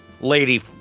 lady